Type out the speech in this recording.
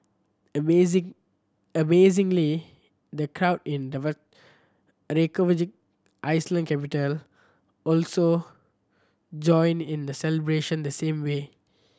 amazing amazingly the crowd in the Iceland capital also joined in the celebration the same way